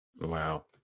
Wow